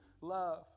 love